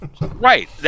Right